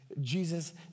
Jesus